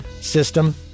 system